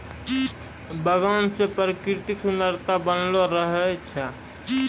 बगान से प्रकृतिक सुन्द्ररता बनलो रहै छै